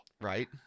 Right